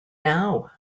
now